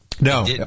No